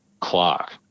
clock